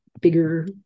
bigger